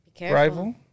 Rival